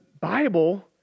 Bible